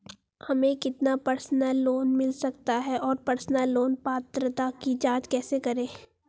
हमें कितना personal loan मिल सकता है और पर्सनल लोन पात्रता की जांच कैसे करें?